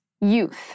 youth